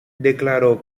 declaró